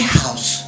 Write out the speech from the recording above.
house